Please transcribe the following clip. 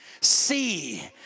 See